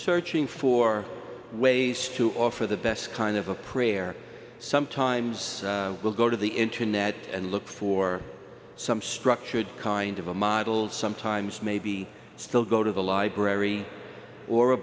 searching for ways to offer the best kind of a prayer sometimes i will go to the internet and look for some structured kind of a model sometimes maybe still go to the library or a